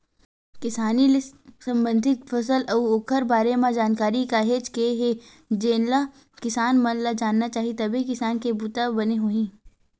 किसानी ले संबंधित फसल अउ ओखर बारे म जानकारी काहेच के हे जेनला किसान मन ल जानना चाही तभे किसानी के बूता बने होही